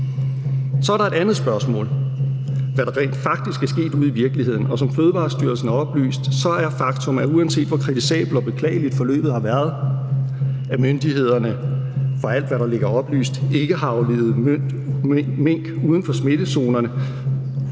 Så er der et andet spørgsmål – hvad der rent faktisk er sket ude i virkeligheden – og som Fødevarestyrelsen har oplyst, så er faktum, uanset hvor kritisabelt og beklageligt forløbet har været, at myndighederne fra alt, hvad der ligger oplyst, ikke har aflivet mink uden for smittezonerne,